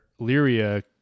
Lyria